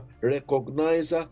recognize